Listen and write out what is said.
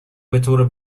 بطور